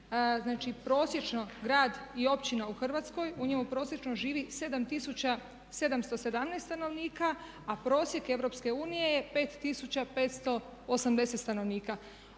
znači prosječno grad i općina u Hrvatskoj u njemu prosječno živi 7717 stanovnika, a prosjek EU je 5580 stanovnika.